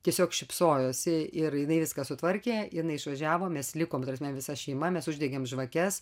tiesiog šypsojosi ir jinai viską sutvarkė jinai išvažiavo mes likom ta prasme visa šeima mes uždegėm žvakes